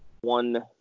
one